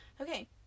okay